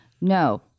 no